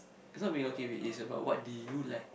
is not being okay with is about what do you like